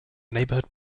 neighborhood